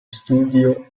studio